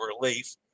Relief